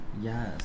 Yes